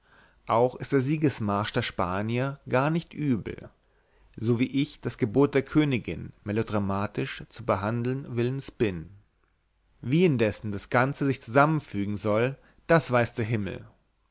auch ist der sieges marsch der spanier gar nicht übel so wie ich das gebot der königin melodramatisch zu behandeln willens bin wie indessen das ganze sich zusammenfügen soll das weiß der himmel